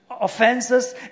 offenses